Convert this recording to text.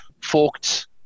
forked